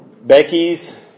Becky's